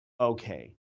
Okay